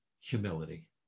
humility